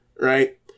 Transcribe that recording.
Right